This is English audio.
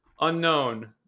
Unknown